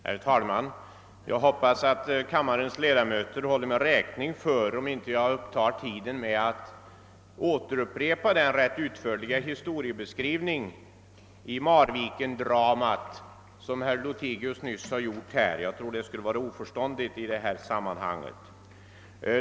Herr talman! Jag hoppas att kammarens ledamöter håller mig räkning för att jag inte kommer att uppta tiden med att upprepa den rätt utförliga historiebeskrivning av Marvikendramat som herr Lothigius nyss har gjort. Jag tror att det skulle vara oförståndigt i detta sammanhang.